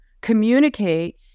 communicate